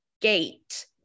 gate